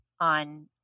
on